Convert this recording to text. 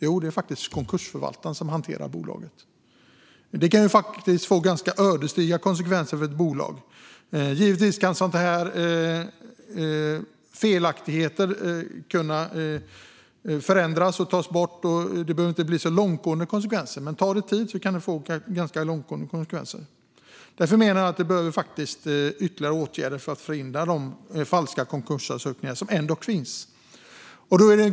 Jo, det är faktiskt konkursförvaltaren som hanterar bolaget. Detta kan få ödesdigra konsekvenser för ett bolag. Givetvis kan sådana felaktigheter förändras och tas bort. Det behöver inte bli så långtgående konsekvenser, men om det tar tid kan det bli det. Jag menar därför att det behövs ytterligare åtgärder för att förhindra de falska konkursansökningar som ändock finns.